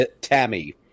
Tammy